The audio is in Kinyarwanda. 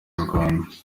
inyarwanda